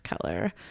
color